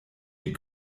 die